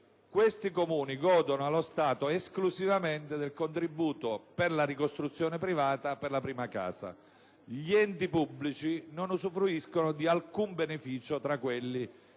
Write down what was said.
Tali Comuni godono, allo stato, esclusivamente del contributo per la ricostruzione privata della prima casa. Gli enti pubblici, invece, non usufruiscono di alcun beneficio tra quelli